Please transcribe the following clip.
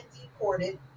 deported